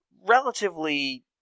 relatively